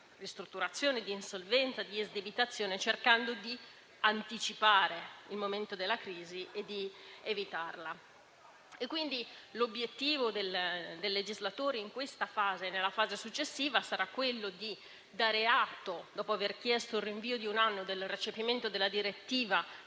di ristrutturazione, di insolvenza e di esdebitazione, cercando di anticipare il momento della crisi e di evitarla. L'obiettivo del legislatore in questa fase e nella fase successiva sarà quindi dare atto, dopo aver chiesto il rinvio di un anno del recepimento della direttiva,